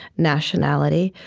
nationality?